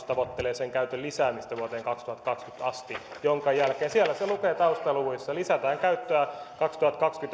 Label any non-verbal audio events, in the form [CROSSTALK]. [UNINTELLIGIBLE] tavoittelee sen käytön lisäämistä vuoteen kaksituhattakaksikymmentä asti jonka jälkeen siellä se lukee taustaluvuissa lisätään käyttöä vuoteen kaksituhattakaksikymmentä